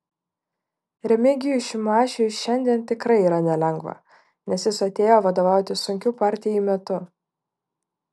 remigijui šimašiui šiandien tikrai yra nelengva nes jis atėjo vadovauti sunkiu partijai metu